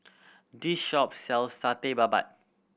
this shop sells Satay Babat